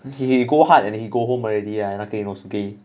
he he go hard and then he go home already lah 那个 inosuke